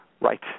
Right